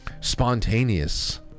Spontaneous